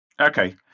Okay